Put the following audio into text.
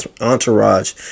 entourage